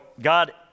God